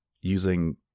using